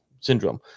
syndrome